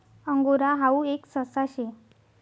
angora हाऊ एक ससा शे